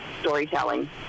storytelling